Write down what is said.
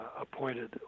appointed